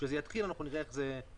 כשזה יתחיל, אנחנו נראה איך זה יהיה.